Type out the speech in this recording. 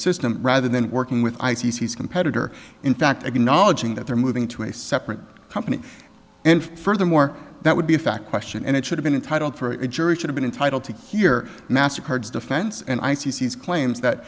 system rather than working with ice he's competitor in fact i can knowledge ing that they're moving to a separate company and furthermore that would be a fact question and it should have been titled for a jury should've been entitle to hear master card's defense and i c c is claims that